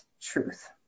truth